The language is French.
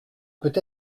peut